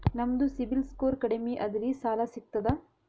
ನಮ್ದು ಸಿಬಿಲ್ ಸ್ಕೋರ್ ಕಡಿಮಿ ಅದರಿ ಸಾಲಾ ಸಿಗ್ತದ?